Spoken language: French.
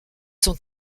son